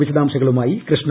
വിശദാംശങ്ങളുമായി കൃഷ്ണ